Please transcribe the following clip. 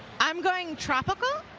i am going tropical.